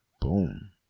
Boom